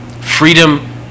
Freedom